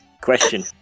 Question